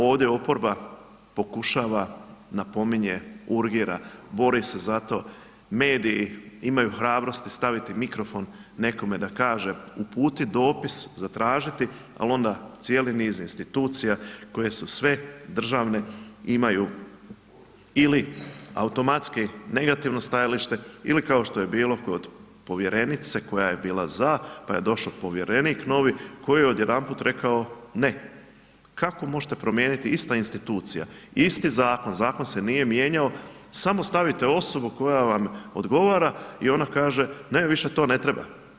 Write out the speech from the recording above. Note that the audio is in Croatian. Ovdje oporba pokušava, napominje, urgira, bori se zato, mediji imaju hrabrosti staviti mikrofon nekome da kaže, uputiti dopis, zatražiti ali onda cijeli niz institucija koje su sve državne, imaju ili automatski negativno stajalište ili kao što je bilo kod povjerenice koja je bila za, pa je došao povjerenik novi, koji je odjedanput rekao ne, kako možete promijeniti, ista institucija, isti zakon, zakon se nije mijenjao, samo staviti osobu koja vam odgovara i ona kaže ne, više to ne treba.